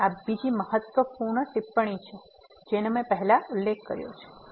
તેથી આ બીજી મહત્વપૂર્ણ ટિપ્પણી છે જેનો મેં પહેલાં ઉલ્લેખ કર્યો છે